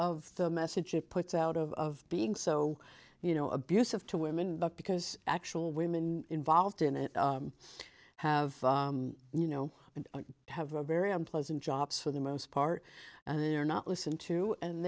of the message it puts out of being so you know abusive to women but because actual women involved in it have you know and have a very unpleasant jobs for the most part and they're not listen to and